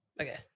Okay